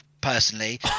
personally